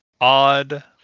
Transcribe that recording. odd